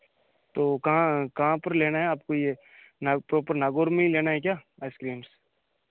तो कहाँ कहाँ पर लेना है आपको यह नाग तो पर नागौर में ही लेना है क्या आइस क्रीम